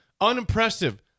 Unimpressive